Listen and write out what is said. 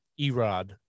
Erod